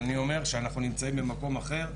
אבל אני אומר שאנחנו נמצאים במקום אחר.